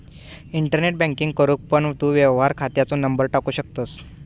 internet banking करूक पण तू व्यवहार खात्याचो नंबर टाकू शकतंस